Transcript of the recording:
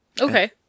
Okay